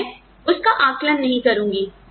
और मैं उसका आकलन नहीं करूंगी